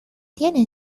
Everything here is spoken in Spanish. tiene